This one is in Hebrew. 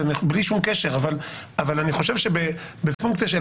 איתנו שני קבצים.